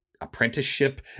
apprenticeship